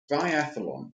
biathlon